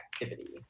activity